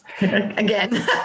Again